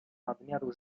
nadmiaru